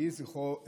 יהי זכרו ברוך.